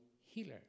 healer